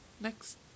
next